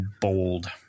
bold